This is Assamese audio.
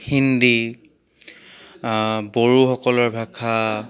হিন্দী বড়োসকলৰ ভাষা